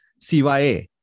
CYA